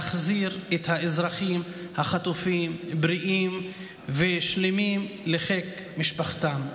להחזיר את האזרחים החטופים בריאים ושלמים לחיק משפחתם.